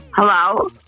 Hello